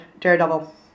Daredevil